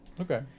okay